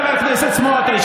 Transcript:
חבר הכנסת סמוטריץ',